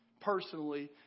personally